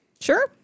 Sure